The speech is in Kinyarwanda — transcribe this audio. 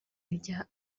rya